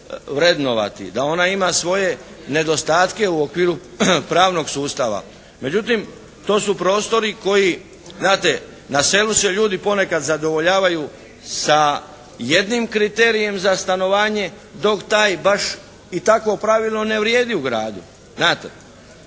da ona ima svoje nedostatke u okviru pravnog sustava. Međutim, to su prostori koji. Znate, na selu se ljudi ponekad zadovoljavaju sa jednim kriterijem za stanovanje, dok taj baš i takvo pravilo ne vrijedi u gradu znate,